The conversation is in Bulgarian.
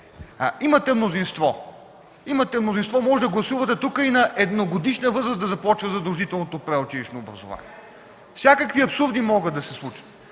Имате мнозинство, можете тук да гласувате и на едногодишна възраст да започва задължителното предучилищно образование – всякакви абсурди могат да се случат,